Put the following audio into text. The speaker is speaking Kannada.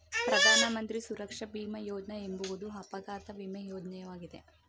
ಪ್ರಧಾನ ಮಂತ್ರಿ ಸುರಕ್ಷಾ ಭೀಮ ಯೋಜ್ನ ಎಂಬುವುದು ಅಪಘಾತ ವಿಮೆ ಯೋಜ್ನಯಾಗಿದೆ